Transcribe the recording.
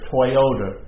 Toyota